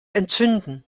entzünden